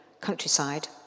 countryside